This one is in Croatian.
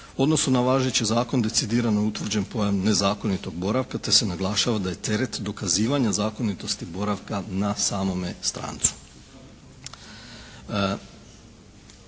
odnosu na važeći zakon decidirano je utvrđen pojam nezakonitog boravka te se naglašava da je teret dokazivanja zakonitosti boravka na samome strancu.